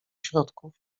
środków